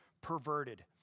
perverted